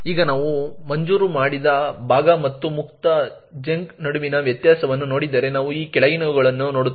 ಈಗ ನಾವು ಮಂಜೂರು ಮಾಡಿದ ಭಾಗ ಮತ್ತು ಮುಕ್ತ ಚಂಕ್ ನಡುವಿನ ವ್ಯತ್ಯಾಸವನ್ನು ನೋಡಿದರೆ ನಾವು ಈ ಕೆಳಗಿನವುಗಳನ್ನು ನೋಡುತ್ತೇವೆ